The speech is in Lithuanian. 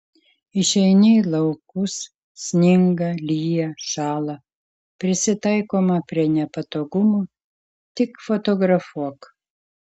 išeini į laukus sninga lyja šąla prisitaikoma prie nepatogumų tik fotografuok